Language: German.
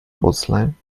ausleihen